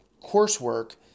coursework